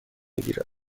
گیرد